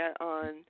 on